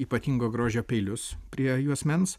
ypatingo grožio peilius prie juosmens